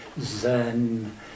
zen